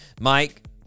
Mike